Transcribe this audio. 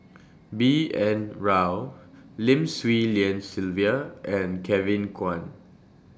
B N Rao Lim Swee Lian Sylvia and Kevin Kwan